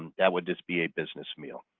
and that would just be a business meal.